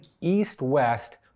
East-West